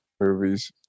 movies